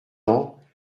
ans